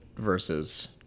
Versus